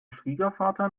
schwiegervater